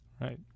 Right